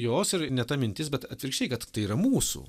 jos ir ne ta mintis bet atvirkščiai kad tai yra mūsų